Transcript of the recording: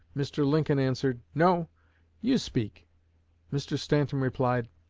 mr. lincoln answered, no you speak mr. stanton replied,